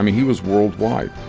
um he was worldwide